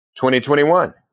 2021